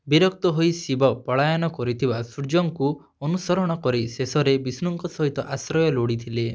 ବିରକ୍ତ ହୋଇ ଶିବ ପଳାୟନ କରିଥିବା ସୂର୍ଯ୍ୟଙ୍କୁ ଅନୁସରଣ କରି ଶେଷରେ ବିଷ୍ଣୁଙ୍କ ସହିତ ଆଶ୍ରୟ ଲୋଡ଼ିଥିଲେ